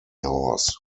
horse